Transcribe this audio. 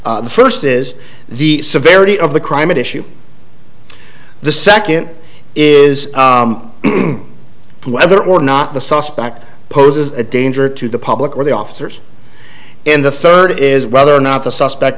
the first is the severity of the crime at issue the second is whether or not the suspect poses a danger to the public or the officers and the third is whether or not the suspect